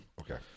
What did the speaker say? Okay